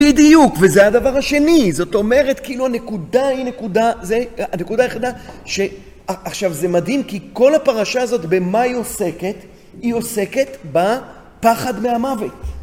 בדיוק, וזה הדבר השני, זאת אומרת, כאילו, הנקודה היא נקודה, זה, הנקודה היחידה, שעכשיו, זה מדהים, כי כל הפרשה הזאת, במה היא עוסקת, היא עוסקת בפחד מהמוות.